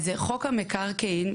חוק המקרקעין,